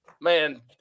Man